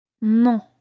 Non